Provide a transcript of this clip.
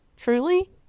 Truly